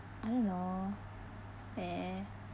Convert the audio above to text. I don't know eh